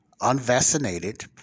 unvaccinated